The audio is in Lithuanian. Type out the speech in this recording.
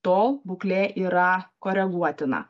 tol būklė yra koreguotina